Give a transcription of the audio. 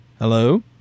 Hello